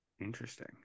interesting